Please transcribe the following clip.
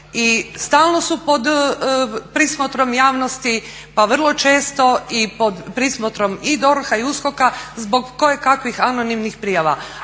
stalno su pod prismotrom javnosti pa vrlo često i pod prismotrom i DORH-a i USKOK-a zbog kojekakvih anonimnih prijava.